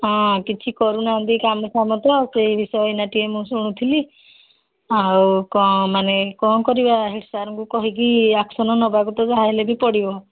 ହଁ କିଛି କରୁନାହାନ୍ତି କାମ ସାମ ତ ସେଇ ବିଷୟ ଏଇନାଟିଏ ମୁଁ ଶୁଣୁଥିଲି ଆଉ କ'ଣ ମାନେ କ'ଣ କରିବା ହେଡ଼୍ ସାର୍ଙ୍କୁ କହିକି ଆକ୍ସନ୍ ନେବାକୁ ତ ଯାହାହଲେ ବି ପଡ଼ିବ